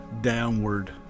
downward